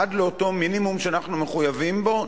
עד לאותו מינימום שאנחנו מחויבים בו,